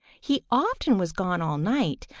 he often was gone all night,